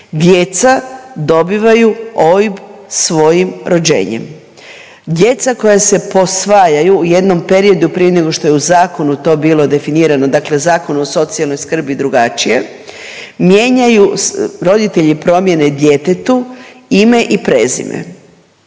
Djeca dobivaju OIB svojim rođenjem. Djeca koja se posvajaju u jednom periodu prije nego što je u zakonu to bilo definirano, dakle Zakonu o socijalnoj skrbi drugačije mijenjaju roditelji promjene djetetu ime i prezime,